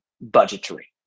budgetary